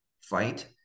fight